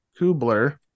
Kubler